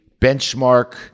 benchmark